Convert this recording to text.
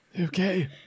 Okay